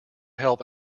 help